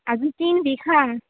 अजून तीन वीक हा